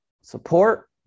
support